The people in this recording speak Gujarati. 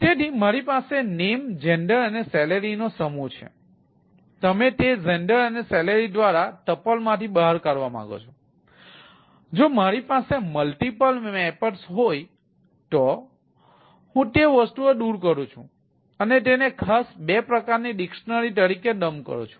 તેથી મારી પાસે name gender અને salary નો સમૂહ છે તમે તે gender અને salary દરેક ટપલ હોય તો હું તે વસ્તુઓ દૂર કરું છું અને તેને ખાસ બે પ્રકારની ડિકશનરી તરીકે ડમ્પ કરું છું